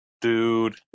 Dude